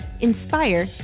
inspire